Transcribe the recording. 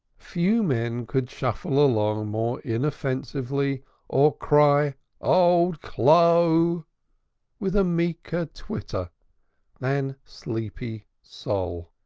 few men could shuffle along more inoffensively or cry old clo' with a meeker twitter than sleepy sol.